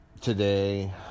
today